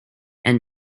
and